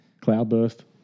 Cloudburst